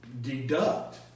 deduct